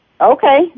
Okay